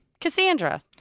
Cassandra